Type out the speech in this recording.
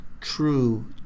true